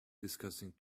discussing